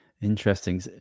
interesting